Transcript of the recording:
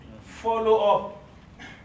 Follow-up